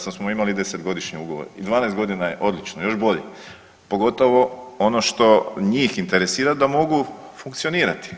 Sad smo imali desetgodišnji ugovor i 12 godina je odlično, još bolje, pogotovo ono što njih interesira da mogu funkcionirati.